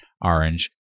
orange